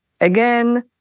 again